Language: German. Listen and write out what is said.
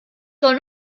soll